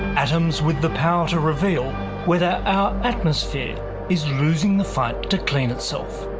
atoms with the power to reveal whether our atmosphere is losing the fight to clean itself.